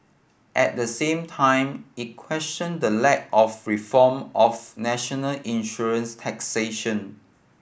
at the same time it questioned the lack of reform of national insurance taxation